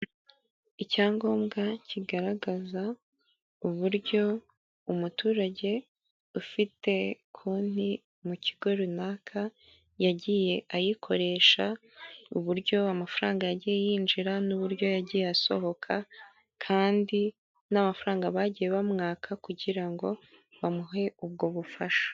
Icyangombwa kigaragaza uburyo umuturage ufite konti mu kigo runaka yagiye ayikoresha, uburyo amafaranga yagiye yinjira, n'uburyo yagiye asohoka kandi n'amafaranga bagiye bamwaka kugira ngo bamuhe ubwo bufasha.